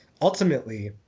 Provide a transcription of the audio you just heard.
ultimately